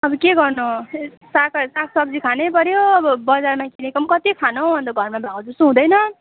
अब के गर्नु साग र साग सब्जी खानै पऱ्यो अब बजारमा किनेको पनि कत्ति खानु हौ अन्त घरमा भएको जस्तो हुँदैन